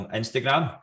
instagram